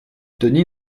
denis